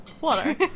Water